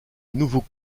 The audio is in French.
nouveau